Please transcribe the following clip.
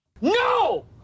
No